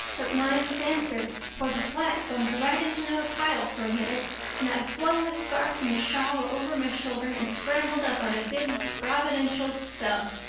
but mine was answered, for the flat bumped right into a pile for a minute and i flung the scarf and the shawl over my shoulder and scrambled up on a big providential stub.